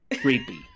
Creepy